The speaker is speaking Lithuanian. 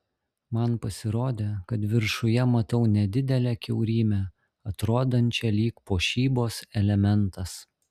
man pasirodė kad viršuje matau nedidelę kiaurymę atrodančią lyg puošybos elementas